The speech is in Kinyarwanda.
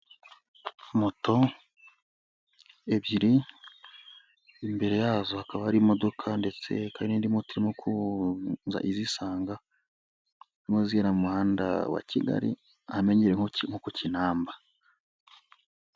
Moto ebyiri imbere yazo hakaba hari imodoka ndetse hakaba hari n'indi moto iri kuza izisanga zirimo zinyura mu muhanda wa Kigali, ahamenyerewe nko ku Kinamba.